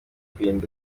mwirinda